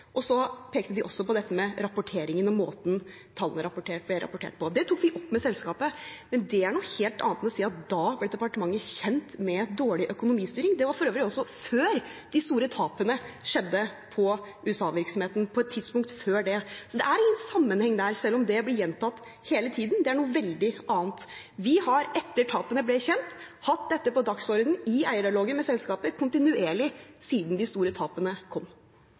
Så pekte de også på dette med rapporteringen og måten tallene ble rapportert på. Det tok vi opp med selskapet, men det er noe helt annet enn å si at da ble departementet kjent med dårlig økonomistyring. Det var for øvrig også før de store tapene skjedde på USA-virksomheten, på et tidspunkt før det. Så det er en liten sammenheng der, selv om det blir gjentatt hele tiden. Det er noe veldig annet. Vi har etter at tapene ble kjent, kontinuerlig siden de store tapene kom, hatt dette på dagsordenen i eierdialogen med